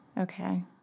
Okay